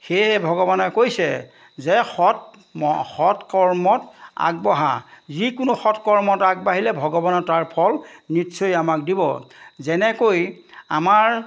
সেয়ে ভগৱানে কৈছে যে সৎ মহ সৎ কৰ্মত আগবঢ়া যিকোনো সৎ কৰ্মত আগবাঢ়িলে ভগৱানে তাৰ ফল নিশ্চয় আমাক দিব যেনেকৈ আমাৰ